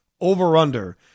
over-under